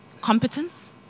competence